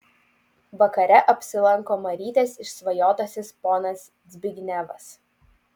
vakare apsilanko marytės išsvajotasis ponas zbignevas